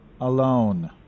alone